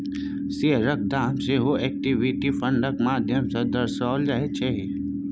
शेयरक दाम सेहो इक्विटी फंडक माध्यम सँ दर्शाओल जाइत छै